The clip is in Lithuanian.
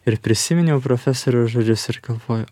ir prisiminiau profesoriaus žodžius ir galvoju